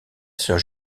sœur